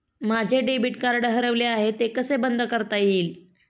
माझे debit card हरवले आहे ते कसे बंद करता येईल?